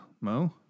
Mo